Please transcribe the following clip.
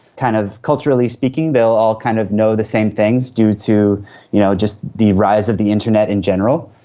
kind of culturally speaking they will all kind of know the same things due to you know just the rise of the internet in general.